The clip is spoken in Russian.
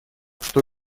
что